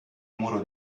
muro